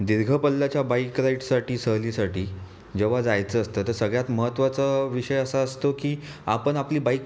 दीर्घ पल्ल्याच्या बाईक राइडसाठी सहलीसाठी जेव्हा जायचं असतं तर सगळ्यात महत्त्वाचा विषय असा असतो की आपण आपली बाइक